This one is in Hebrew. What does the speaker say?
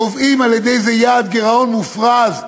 קובעים על-ידי זה יעד גירעון מופרז,